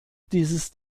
dieses